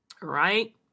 right